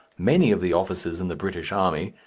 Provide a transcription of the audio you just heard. many of the officers in the british army,